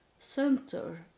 Center